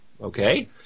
Okay